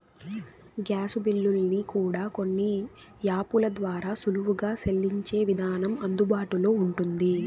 gas బిల్లుల్ని కూడా కొన్ని యాపుల ద్వారా సులువుగా సెల్లించే విధానం అందుబాటులో ఉంటుంది